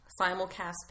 simulcast